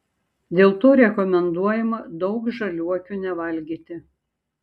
dėl to rekomenduojama daug žaliuokių nevalgyti